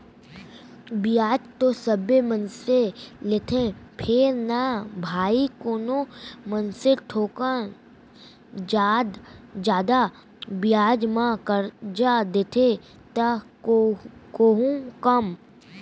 बियाज तो सबे मनसे लेथें फेर न भाई कोनो मनसे थोकन जादा बियाज म करजा देथे त कोहूँ कम